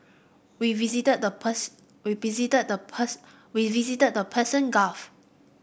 we visited the we visited the we visited the Persian Gulf